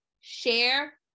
share